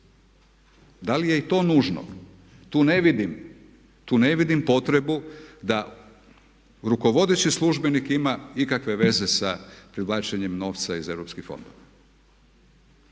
Da li je i to nužno? Tu ne vidim potrebu da rukovodeći službenik ima ikakve veze sa privlačenjem novca iz EU fondova.